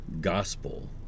gospel